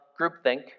groupthink